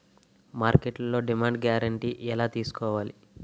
మార్కెట్లో demand guarantee ఎలా తెల్సుకోవాలి?